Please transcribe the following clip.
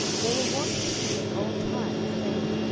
they were wont to speak in old time, saying,